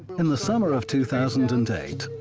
in the summer of two thousand and eight,